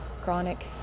chronic